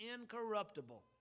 incorruptible